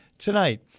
tonight